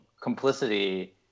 complicity